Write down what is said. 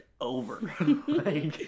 over